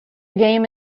game